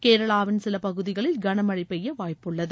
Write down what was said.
கேரளாவின் சில பகுதிகளில் கன மழை பெய்ய வாய்ப்புள்ளது